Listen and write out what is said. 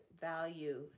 Value